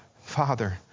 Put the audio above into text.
Father